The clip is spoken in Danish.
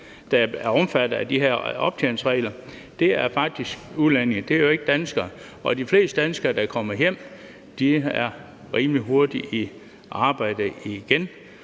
der er omfattet af de her optjeningsregler, faktisk er udlændinge. Det er jo ikke danskere, og de fleste danskere, der kommer hjem, er rimelig hurtigt i arbejde igen.